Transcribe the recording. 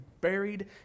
buried